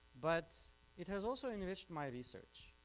but it has also enriched my research.